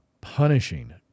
punishing